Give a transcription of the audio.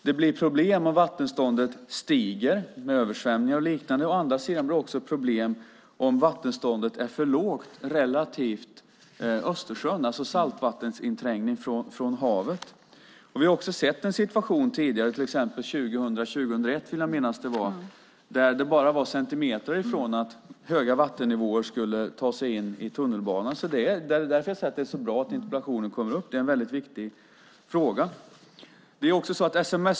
Det blir problem med översvämningar och liknande om vattenståndet stiger, men det blir också problem om vattenståndet är för lågt i förhållande till Östersjön, för då kan det bli saltvatteninträngning från havet. Vi har också sett en situation tidigare - jag vill minnas att det var 2000-2001 - då man bara var några centimeter från att höga vattennivåer skulle ta sig in i tunnelbanan. Därför tycker jag att det är bra att den här interpellationen kommer upp. Det är en väldigt viktig fråga.